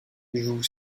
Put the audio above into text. joue